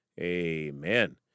Amen